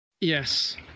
Yes